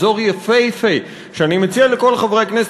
אזור יפהפה שאני מציע לכל חברי הכנסת,